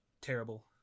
terrible